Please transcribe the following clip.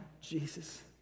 Jesus